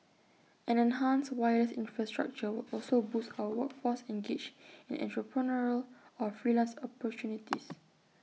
an enhanced wireless infrastructure will also boost our workforce engaged in entrepreneurial or freelance opportunities